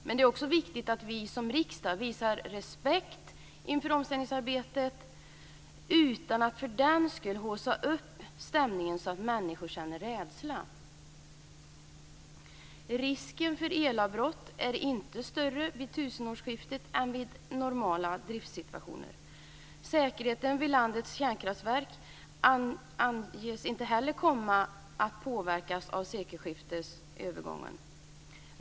Men det är också viktigt att vi som riksdag visar respekt inför omställningsarbetet utan att för den skull haussa upp stämningen så att människor känner rädsla. Risken för elavbrott är inte större vid tusenårsskiftet än vid normala driftssituationer. Säkerheten vid landets kärnkraftverk anges inte heller komma att påverkas av sekelskiftesövergången.